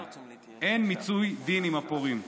אין מיצוי דין עם הפורעים.